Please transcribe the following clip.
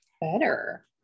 better